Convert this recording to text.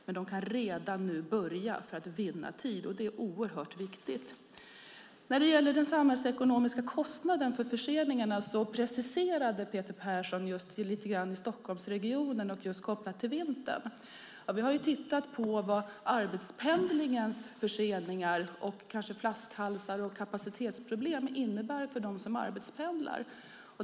Men man kan redan nu börja för att vinna tid, vilket är oerhört viktigt. När det gäller den samhällsekonomiska kostnaden för förseningarna preciserade Peter Persson lite grann när det gäller Stockholmsregionen och kopplat just till vintern. Vi har tittat på vad arbetspendlingens förseningar och kanske flaskhalsar och kapacitetsproblem innebär för dem som arbetspendlar.